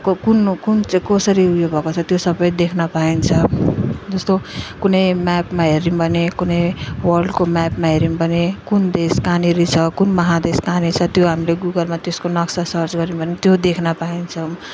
को कुन कुन चाहिँ कसरी उयो भएको छ त्यो सब देख्न पाइन्छ जस्तो कुनै म्यापमा हेर्यौँ भने कुनै वर्ल्डको म्यापमा हेर्यौँ भने कुन देश कहाँनेरि छ कुन महादेश कहाँनेर छ त्यो हामीले गुगलमा त्यसको नक्सा सर्च गर्यौँ भने त्यो देख्न पाइन्छ